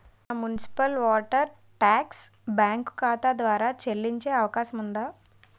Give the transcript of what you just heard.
నా municipal water tax bank ఖాతా ద్వారా చెల్లించే అవకాశం ఉందా?